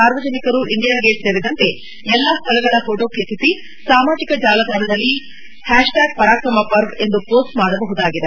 ಸಾರ್ವಜನಿಕರು India gate ಸೇರಿದಂತೆ ಎಲ್ಲ ಸ್ಥಳಗಳ ಫೋಟೋ ಕ್ಷಿಕ್ಕಿಸಿ ಸಾಮಾಜಿಕ ಜಾಲತಾಣದಲ್ಲಿ ಪರಾಕ್ರಮಪರ್ವ ಎಂದು ಪೋಸ್ಟ್ ಮಾಡಬಹುದಾಗಿದೆ